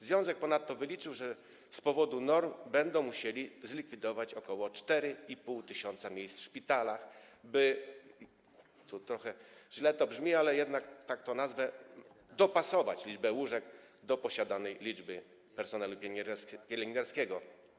Związek ponadto wyliczył, że z powodu norm będą musiały one zlikwidować około 4,5 tys. miejsc w szpitalach, by - trochę źle to brzmi, ale jednak tak to nazwę - dopasować liczbę łóżek do posiadanej liczby personelu pielęgniarskiego.